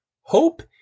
Hope